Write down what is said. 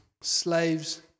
slaves